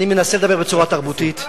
אני מנסה לדבר בצורה תרבותית.